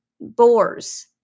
boars